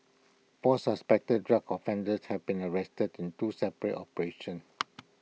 four suspected drug offenders have been arrested in two separate operations